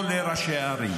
תושב אחד אי-אפשר